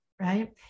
right